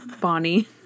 Bonnie